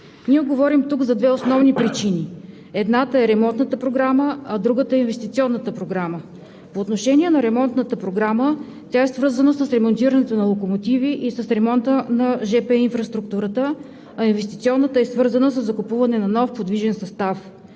Ние говорим тук за две основни причини: едната е Ремонтната програма, а другата – Инвестиционната програма. По отношение на Ремонтната програма тя е свързана с ремонтирането на локомотиви и с ремонта на жп инфраструктурата, а Инвестиционната е свързана със закупуване на нов подвижен състав.